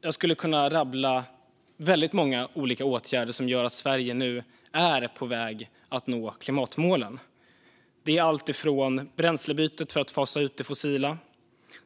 Jag skulle kunna rabbla upp väldigt många olika åtgärder som gör att Sverige nu är på väg att nå klimatmålen, alltifrån bränslebytet för att fasa ut det fossila